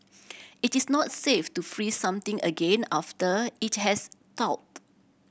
it is not safe to freeze something again after it has thawed